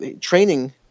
training